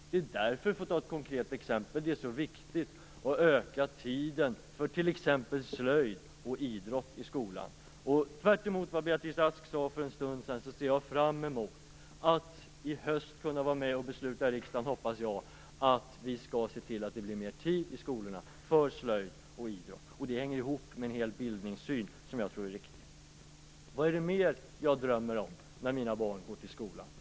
Därför är det, för att ta ett konkret exempel, så viktigt att öka tiden för t.ex. slöjd och idrott i skolan. Tvärtemot vad Beatrice Ask sade för en stund sedan ser jag fram emot att i höst kunna vara med och i riksdagen besluta om att vi skall se till att det blir mer tid i skolan för slöjd och idrott, för det hänger ihop med en bildningssyn som jag tror är riktig. Vad är det mer jag drömmer om när mina barn går i skolan?